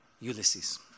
Ulysses